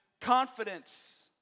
confidence